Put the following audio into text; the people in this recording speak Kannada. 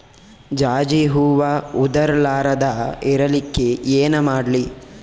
ಜಾಜಿ ಹೂವ ಉದರ್ ಲಾರದ ಇರಲಿಕ್ಕಿ ಏನ ಮಾಡ್ಲಿ?